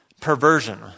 perversion